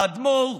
האדמו"ר,